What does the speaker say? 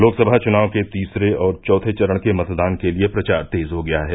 लोकसभा चुनाव के तीसरे और चौथे चरण के मतदान के लिये प्रचार तेज हो गया है